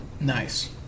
Nice